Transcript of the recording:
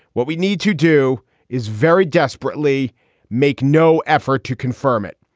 what we need to do is very desperately make no effort to confirm it.